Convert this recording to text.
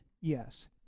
Yes